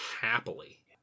happily